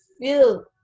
feel